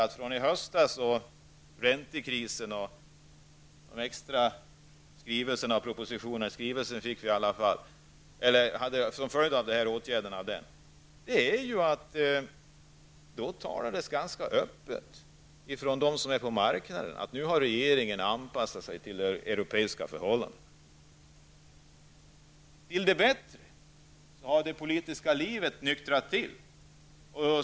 Räntekrisen i höstas fick som följd extra propositioner och skrivelser, och i samband med dessa talade man på marknaden ganska öppet om att regeringen hade anpassat sig till europeiska förhållanden. Det politiska livet har nu -- till det bättre -- nyktrat till.